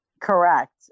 Correct